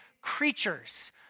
creatures